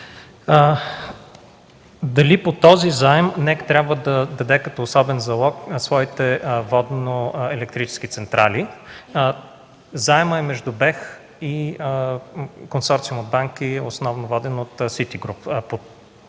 Дали по този заем НЕК трябва да даде като особен залог своите водно-електрически централи? Заемът е между БЕХ и Консорциум от банки, основно воден от Ситигруп.